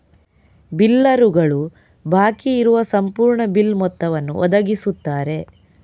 ಬಿಲ್ಲರುಗಳು ಬಾಕಿ ಇರುವ ಸಂಪೂರ್ಣ ಬಿಲ್ ಮೊತ್ತವನ್ನು ಒದಗಿಸುತ್ತಾರೆ